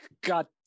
God